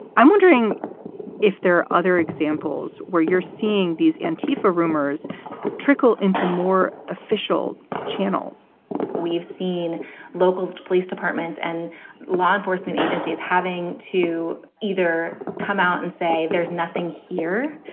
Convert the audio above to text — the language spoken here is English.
i'm wondering if there are other examples where you're seeing these in tfa rumors trickle into more official channels we've seen local police departments and law enforcement agencies having to either come out and say there's nothing here.